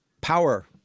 power